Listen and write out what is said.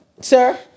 Sir